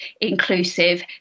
inclusive